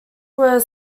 were